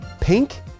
Pink